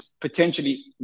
potentially